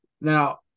now